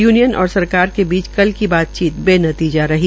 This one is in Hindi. यूनियन और सरकार के बीच कल की बातचीत बेनतीजा रही